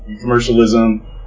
commercialism